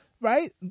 right